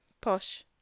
Posh